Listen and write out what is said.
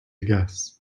guess